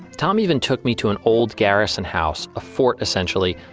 tom even took me to an old garrison house. a fort, essentially,